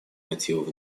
мотивов